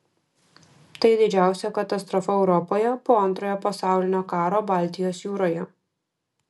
tai didžiausia katastrofa europoje po antrojo pasaulinio karo baltijos jūroje